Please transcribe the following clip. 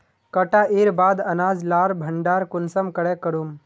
कटाईर बाद अनाज लार भण्डार कुंसम करे करूम?